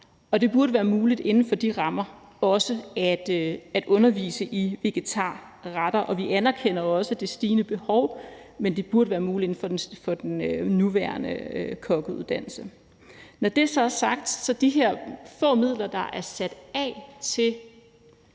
det burde være muligt inden for de rammer også at undervise i vegetarretter. Vi anerkender også det stigende behov, men det burde være muligt inden for den nuværende kokkeuddannelse. Når det så er sagt, vil jeg sige, at det, der er sat af til